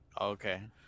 okay